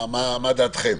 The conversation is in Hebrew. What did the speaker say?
מה דעתכם?